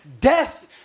death